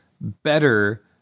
better